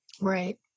Right